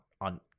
on